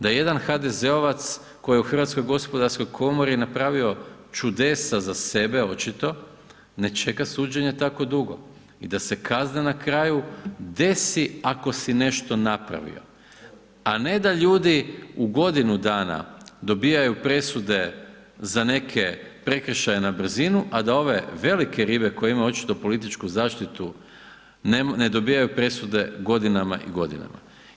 Da jedan HDZ-ovac koji je u Hrvatskoj gospodarskoj komori napravio čudesa za sebe očito, ne čeka suđenje tako dugo i da se kazna na kraju desi ako si nešto napravio, a ne da ljudi u godinu dana dobivaju presude za neke prekršaje na brzinu, a da ove velike ribe koje imaju očito političku zaštitu ne dobivaju presude godinama i godinama.